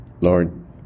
Lord